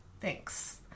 Thanks